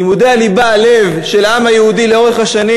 לימודי הליבה, הלב של העם היהודי לאורך השנים,